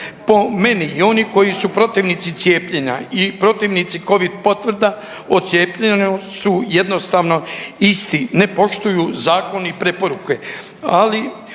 Po meni oni koji su protivnici cijepljenja i protivnici covid potvrda o cijepljenju su jednostavno isti, ne poštuju zakon i preporuke,